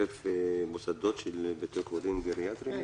1,000 מוסדות של בתי חולים גריאטריים?